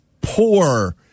poor